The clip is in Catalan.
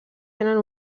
tenen